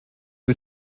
die